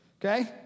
okay